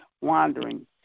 Wandering